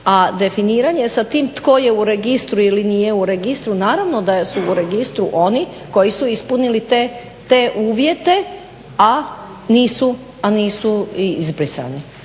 a definiranje sa tim tko je u registru ili nije u registru naravno da su u registru oni koji su ispunili te uvjete, a nisu izbrisani.